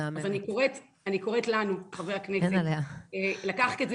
אז אני קוראת לנו חברי הכנסת לקחת את זה